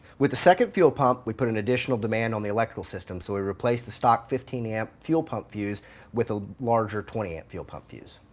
with the second fuel pump we an additional demand on the electrical system so we replaced the stock fifteen amp fuel pump fuse with a larger twenty amp fuel pump fuse.